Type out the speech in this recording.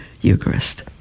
Eucharist